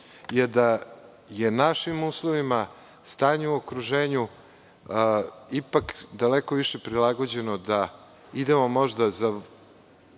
je da je našim uslovima, stanju u okruženju ipak daleko više prilagođeno da idemo možda za